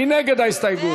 מי נגד ההסתייגות?